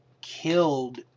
killed